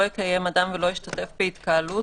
לא יקיים אדם ולא ישתתף בהתקהלות,